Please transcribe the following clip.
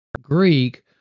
greek